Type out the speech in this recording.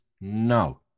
no